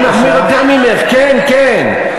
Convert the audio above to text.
אני מחמיר יותר ממך, כן, כן.